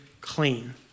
clean